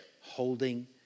holding